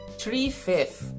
three-fifth